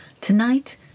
Tonight